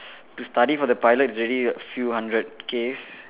to study for the pilot it's already a few hundred Ks